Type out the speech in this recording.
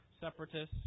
separatists